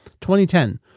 2010